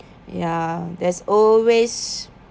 ya there's always